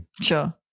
Sure